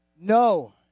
No